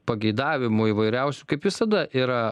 pageidavimų įvairiausių kaip visada yra